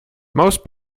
most